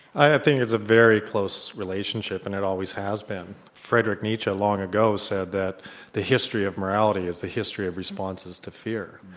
i think it's a very close relationship and it always has been. friedrich nietzsche long ago said that the history of morality is the history of responses to fear.